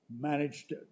managed